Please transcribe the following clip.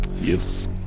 Yes